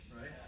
right